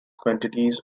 quantities